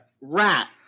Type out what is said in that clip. rat